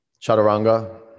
chaturanga